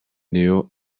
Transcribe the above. new